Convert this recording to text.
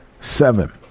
seven